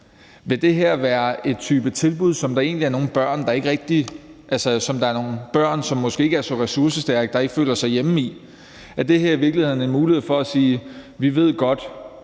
Vil det her være en type tilbud, som der er nogle børn, som måske ikke er så ressourcestærke, der ikke føler sig hjemme i? Er det her i virkeligheden en mulighed for at sige: Vi ved godt,